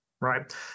right